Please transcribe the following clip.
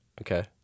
Okay